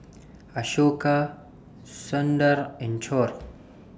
Ashoka Sundar and Choor